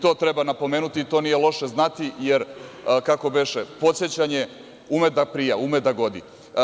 To treba napomenuti i to nije loše znati jer, kako beše, podsećanje ume da prija, ume da godi.